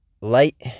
light